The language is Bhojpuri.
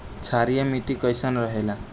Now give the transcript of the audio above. क्षारीय मिट्टी कईसन रहेला?